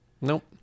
Nope